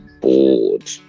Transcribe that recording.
bored